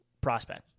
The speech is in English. prospect